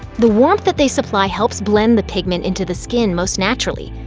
the warmth that they supply helps blend the pigment into the skin most naturally.